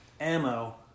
ammo